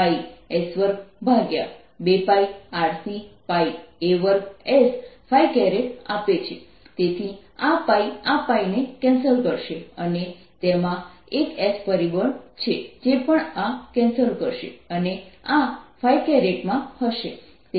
તેથી આ આ ને કેન્સલ કરશે અને તેમાં એક s પરિબળ છે જે પણ આ કેન્સલ કરશે અને આ માં હશે